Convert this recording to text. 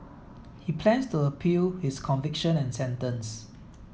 he plans to appeal his conviction and sentence